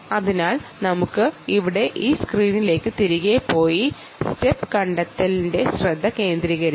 അതിനാൽ നമുക്ക് ഇവിടെ ഈ സ്ക്രീനിലേക്ക് തിരികെ പോയി സ്റ്റെപ് കണ്ടെത്തുനതിൽ ശ്രദ്ധ കേന്ദ്രീകരിക്കാം